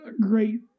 great